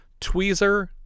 Tweezer